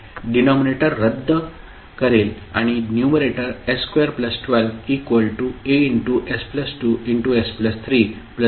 denominator रद्द करेल आणि न्युमरेटर s212As2s3Bss3Css2 असेल